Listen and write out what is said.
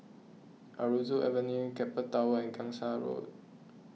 Aroozoo Avenue Keppel Towers and Gangsa Road